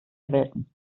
welten